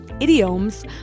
idioms